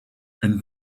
and